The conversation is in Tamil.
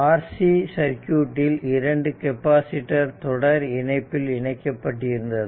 RC சர்க்யூட்டில் 2 கெப்பாசிட்டர் தொடர் இணைப்பில் இணைக்கப்பட்டிருந்தது